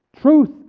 Truth